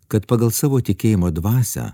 kad pagal savo tikėjimo dvasią